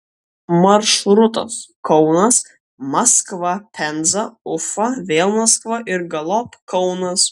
maršrutas kaunas maskva penza ufa vėl maskva ir galop kaunas